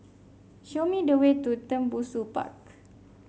show me the way to Tembusu Park